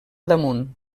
damunt